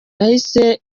yahise